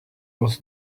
was